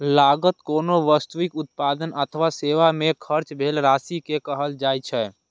लागत कोनो वस्तुक उत्पादन अथवा सेवा मे खर्च भेल राशि कें कहल जाइ छै